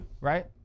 right